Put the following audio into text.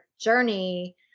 journey